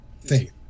faith